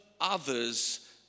others